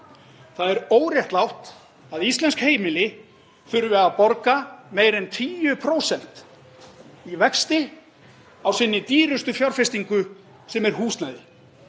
Það er óréttlátt að íslensk heimili þurfi að borga meira en 10% í vexti af sinni dýrustu fjárfestingu, sem er húsnæði.